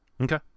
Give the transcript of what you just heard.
Okay